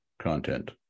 content